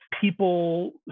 people